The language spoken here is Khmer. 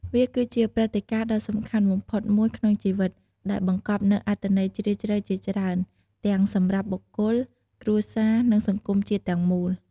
វាគឺជាព្រឹត្តិការណ៍ដ៏សំខាន់បំផុតមួយក្នុងជីវិត ដែលបង្កប់នូវអត្ថន័យជ្រាលជ្រៅជាច្រើន ទាំងសម្រាប់បុគ្គល គ្រួសារ និងសង្គមជាតិទាំងមូល។